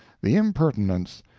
the impertinence,